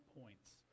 points